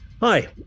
Hi